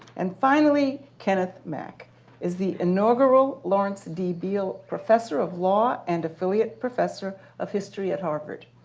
and finally, kenneth mack is the inaugural lawrence d. biele professor of law and affiliate professor of history at harvard.